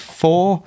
four